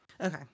Okay